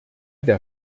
der